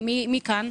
מי כאן?